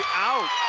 out,